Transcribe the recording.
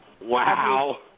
Wow